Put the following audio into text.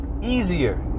easier